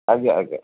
ଆଜ୍ଞା ଆଜ୍ଞା